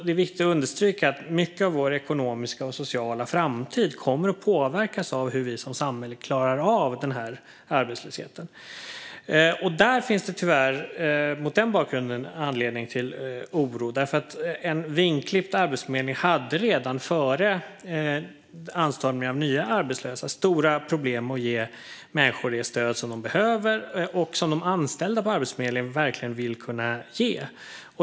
Det är viktigt att understryka att mycket av vår ekonomiska och sociala framtid kommer att påverkas av hur vi som samhälle klarar av denna arbetslöshet. Mot denna bakgrund finns det tyvärr anledning till oro. En vingklippt arbetsförmedling hade nämligen redan före anstormningen av nya arbetslösa stora problem att ge människor det stöd som de behöver och som de anställda på Arbetsförmedlingen verkligen vill kunna ge.